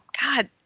God